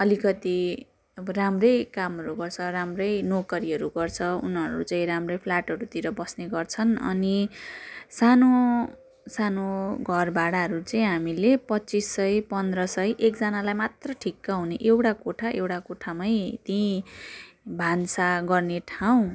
अलिकति अब राम्रै कामहरू गर्छ राम्रै नोकरीहरू गर्छ उनीहरू चाहिँ राम्रै फ्लेटहरूतिर बस्ने गर्छन् अनि सानो सानो घर भाडाहरू चाहिँ हामीले पच्चिस सय पन्ध्र सय एकजनालाई मात्र ठिक्क हुने एउटा कोठा एउटा कोठामै त्यहीँ भान्सा गर्ने ठाउँ